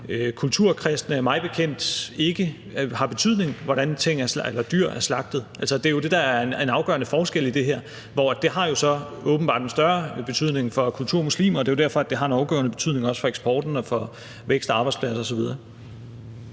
kulturkristne mig bekendt ikke har betydning, hvordan dyr er slagtet. Altså, det er jo det, der er en afgørende forskel i det her. Det har jo så åbenbart en større betydning for kulturmuslimer, og det er jo derfor, det også har en afgørende betydning for eksporten og for vækst og arbejdspladser osv.